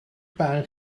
barn